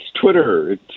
Twitter